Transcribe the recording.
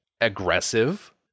aggressive